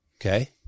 Okay